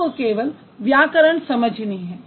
आपको केवल व्याकरण समझनी है